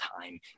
time